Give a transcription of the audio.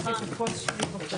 הישיבה ננעלה בשעה 12:49.